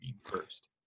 first